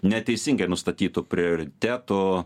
neteisingai nustatytų prioritetų